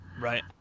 Right